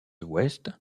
ouest